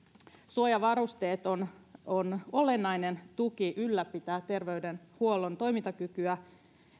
suojavarusteet ovat olennainen tuki ylläpitää terveydenhuollon toimintakykyä